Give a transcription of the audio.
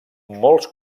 molts